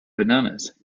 bananas